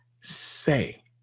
say